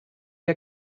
der